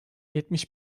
yetmiş